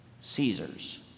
Caesar's